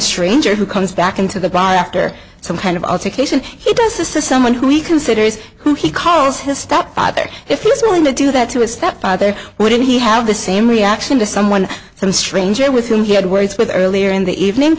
stranger who comes back into the bar after some kind of altercation he does this is someone who he considers who he calls his stepfather if he's going to do that to a stepfather what did he have the same reaction to someone some stranger with whom he had words with earlier in the evening